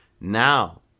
now